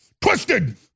twisted